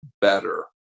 better